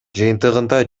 жыйынтыгында